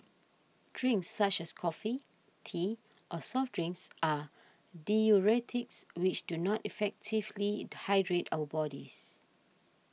drinks such as coffee tea or soft drinks are diuretics which do not effectively hydrate our bodies